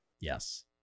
Yes